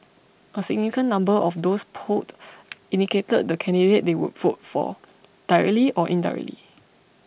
a significant number of those polled indicated the candidate they would vote for directly or indirectly